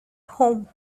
home